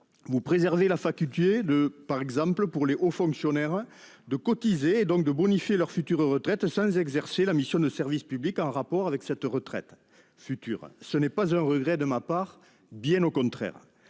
vous préservez la faculté pour les hauts fonctionnaires de cotiser, donc de bonifier leur future retraite sans exercer la mission de service public en rapport avec cette retraite future- ce n'est pas un regret de ma part, bien au contraire.